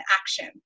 action